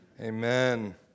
Amen